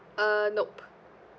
uh nope